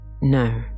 No